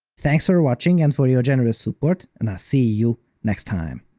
thanks for watching and for your generous support, and i'll see you next time!